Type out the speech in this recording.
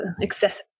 excessive